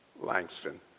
Langston